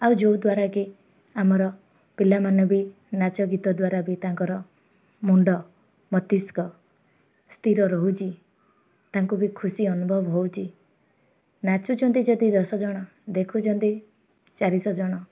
ଆଉ ଯେଉଁଦ୍ୱାରାକି ଆମର ପିଲାମାନେ ବି ନାଚ ଗୀତ ଦ୍ୱାରା ବି ତାଙ୍କର ମୁଣ୍ଡ ମତିଷ୍କ ସ୍ଥିର ରହୁଛି ତାଙ୍କୁ ବି ଖୁସି ଅନୁଭବ ହେଉଛି ନାଚୁଛନ୍ତି ଯଦି ଦଶ ଜଣ ଦେଖୁଛନ୍ତି ଚାରିଶହ ଜଣ